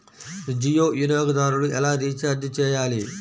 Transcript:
జియో వినియోగదారులు ఎలా రీఛార్జ్ చేయాలి?